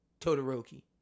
Todoroki